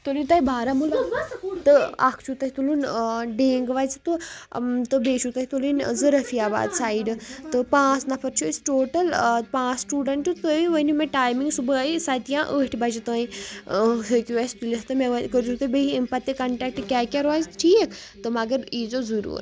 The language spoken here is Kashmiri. تُلٕنۍ تۄہہِ بارہمولہ تہٕ اَکھ چھُو تۄہہِ تُلُن ڈینٛگ وَژِ تہٕ تہٕ بیٚیہِ چھو تۄہہِ تُلٕنۍ زٕ رَفیہ آباد سایڈٕ تہٕ پانٛژھ نَفَر چھُ أسۍ ٹوٹَل پانٛژھ سٹوٗڈںٛٹ تُہۍ ؤنِو مےٚ ٹایمِنٛگ صُبحٲیہِ سَتہِ یا ٲٹھِ بَجہِ تانۍ ہیٚکِو اَسہِ تُلِتھ تہٕ مےٚ وَ کٔرۍ زیو تُہۍ بیٚیہِ اَمہِ پَتہٕ تہِ کَنٹیکٹہٕ کیٛاہ کیٛاہ روزِ ٹھیٖک تہٕ مگر یی زیو ضروٗر